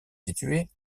situé